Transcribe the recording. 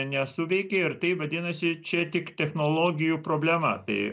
nesuveikė ir tai vadinasi čia tik technologijų problema tai